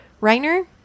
Reiner